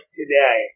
today